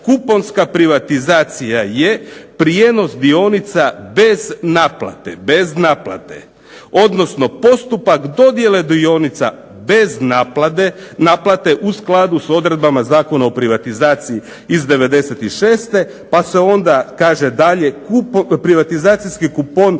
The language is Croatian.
kuponska privatizacija je prijenos dionica bez naplate, bez naplate odnosno postupak dodjele dionica bez naplate u skladu s odredbama Zakona o privatizaciji iz '96. pa se onda kaže dalje. Privatizacijski kupon